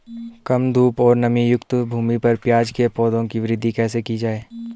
कम धूप और नमीयुक्त भूमि पर प्याज़ के पौधों की वृद्धि कैसे की जाए?